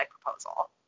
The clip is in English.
proposal